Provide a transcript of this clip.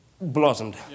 blossomed